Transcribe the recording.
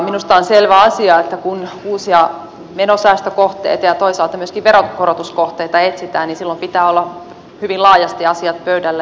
minusta on selvä asia että kun uusia menosäästökohteita ja toisaalta myöskin veronkorotuskohteita etsitään niin silloin pitää hyvin laajasti asioiden olla pöydällä